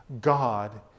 God